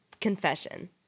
confession